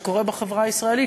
שקורה בחברה הישראלית,